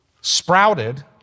sprouted